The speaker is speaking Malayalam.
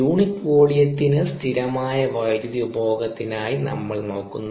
യൂണിറ്റ് വോളിയത്തിന് P V സ്ഥിരമായ വൈദ്യുതി ഉപഭോഗത്തിനായി നമ്മൾ നോക്കുന്നു